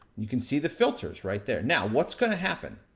you can see the filters right there. now, what's gonna happen?